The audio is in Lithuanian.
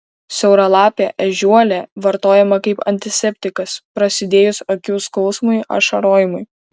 siauralapė ežiuolė vartojama kaip antiseptikas prasidėjus akių skausmui ašarojimui